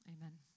Amen